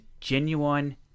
genuine